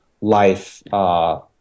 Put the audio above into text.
life